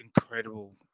incredible